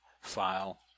file